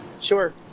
sure